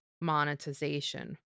monetization